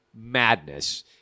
madness